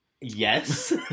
Yes